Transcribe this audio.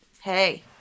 Hey